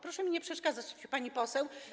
Proszę mi nie przeszkadzać, pani poseł.